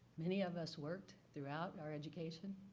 many of us worked throughout our education.